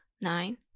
nine